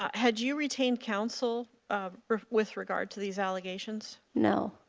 um had you retained counsel um with regard to these allegations? no.